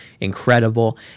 incredible